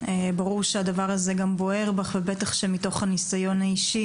ברור שהדבר הזה גם בוער בך ובטח שמתוך הניסיון האישי